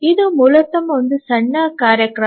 ಇದು ಮೂಲತಃ ಒಂದು ಸಣ್ಣ ಕಾರ್ಯಕ್ರಮ